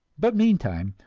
but meantime,